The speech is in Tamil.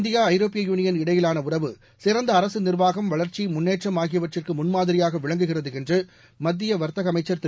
இந்தியா ஐரோப்பிய யூனியன் இடையிலான உறவு சிறந்த அரசு நிர்வாகம் வளர்ச்சி முன்னேற்றம் ஆகியவற்றுக்கு முன்மாதிரியாக விளங்குகிறது என்று மத்திய வர்த்தக அமைச்சர் திரு